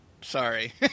sorry